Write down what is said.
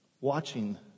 watching